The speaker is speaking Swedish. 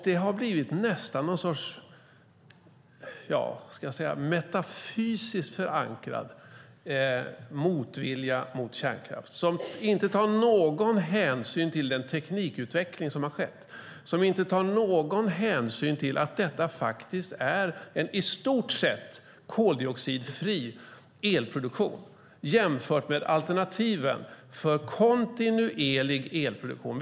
Det har blivit nästan någon sorts metafysiskt förankrad motvilja mot kärnkraft som inte tar någon hänsyn till den teknikutveckling som har skett, som inte tar någon hänsyn till att detta faktiskt är en i stort sett koldioxidfri elproduktion jämfört med alternativen för kontinuerlig elproduktion.